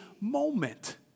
moment